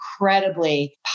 incredibly